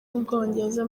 bwongereza